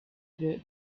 group